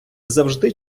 завжди